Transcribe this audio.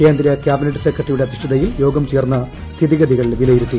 കേന്ദ്ര കൃാബിനറ്റ് സെക്രട്ടറിയുടെ അധ്യക്ഷതയിൽ യോഗം ചേർന്ന് സ്ഥിതിഗതികൾ വിലയിരുത്തി